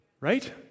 right